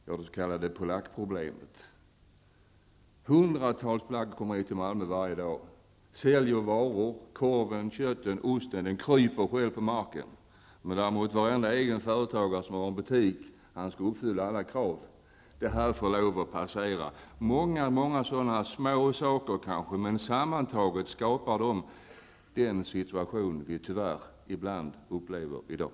Låt oss kalla det polackproblemet. Hundratals polacker kommer till Malmö varje dag och säljer varor. Korven, köttet och osten kryper själv på marken, medan varje egenföretagare som har butik skall uppfylla alla krav. Detta får lov att passera. Det är många sådana små saker som sammantaget skapar den situation som vi ibland tyvärr upplever i dag.